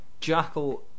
Jackal